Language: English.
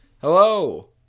Hello